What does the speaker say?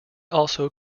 also